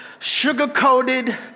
sugar-coated